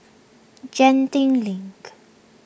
Genting Link